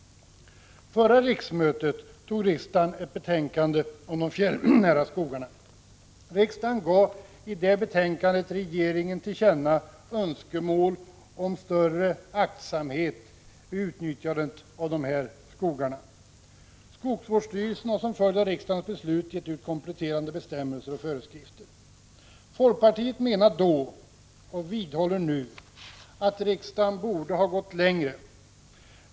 Förra riksmötet fattade riksdagen ett beslut om de fjällnära skogarna. Riksdagen gav i det betänkande som låg till grund för beslutet regeringen till känna önskemål om större aktsamhet vid utnyttjandet av dessa skogar. Skogsvårdsstyrelsen har som följd av riksdagens beslut givit ut kompletterande bestämmelser och föreskrifter. Folkpartiet menade då och vidhåller nu att riksdagen borde ha gått längre.